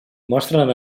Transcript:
mostren